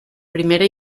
primera